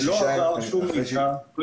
לא